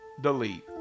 delete